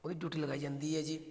ਉਹਦੀ ਡਿਊਟੀ ਲਗਾਈ ਜਾਂਦੀ ਹੈ ਜੀ